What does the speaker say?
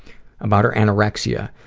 about her anorexia,